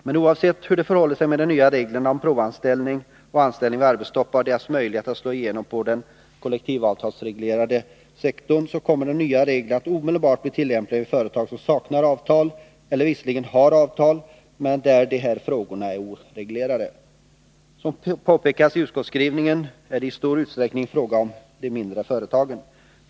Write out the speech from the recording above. Men oavsett hur det förhåller sig med de nya reglerna om provanställning och anställning vid arbetstoppar och deras möjligheter att slå igenom på den kollektivavtalsreglerade sektorn, kommer de nya reglerna att omedelbart bli tillämpliga vid de företag som saknar avtal eller visserligen har avtal men där de här frågorna är oreglerade. Som påpekats i utskottsskrivningen är det i stor utsträckning fråga om de mindre företagen.